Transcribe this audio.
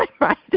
right